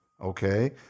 Okay